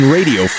Radio